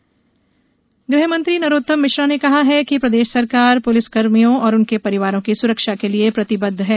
नरोत्तम गृह मंत्री नरोत्तम मिश्रा ने कहा है कि प्रदेश सरकार पुलिसकर्मियों और उनके परिवारों की सुरक्षा के लिए प्रतिबंद्व है